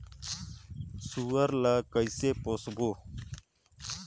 सुअर ला कइसे पोसबो?